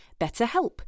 BetterHelp